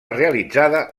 realitzada